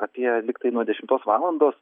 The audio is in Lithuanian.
apie lygtai nuo dešimtos valandos